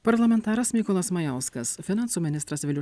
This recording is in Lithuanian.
parlamentaras mykolas majauskas finansų ministras vilius